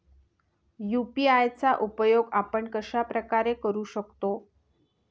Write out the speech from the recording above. UPI चा उपयोग आपण कशाप्रकारे करु शकतो?